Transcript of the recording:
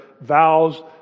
vows